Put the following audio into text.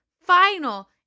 final